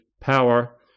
power